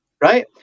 Right